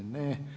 Ne.